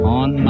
on